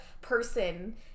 person